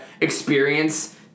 experience